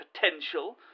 potential